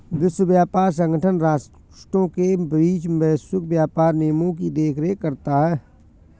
विश्व व्यापार संगठन राष्ट्रों के बीच वैश्विक व्यापार नियमों की देखरेख करता है